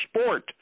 sport